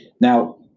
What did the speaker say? Now